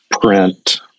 print